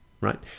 right